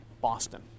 Boston